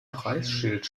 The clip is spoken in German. preisschild